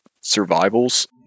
Survival's